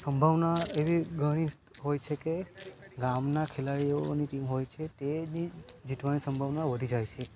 સંભાવના એવી ઘણી હોય છે કે ગામના ખેલાડીઓની ટીમ હોય છે તેની જીતવાની સંભાવના વધી જાય છે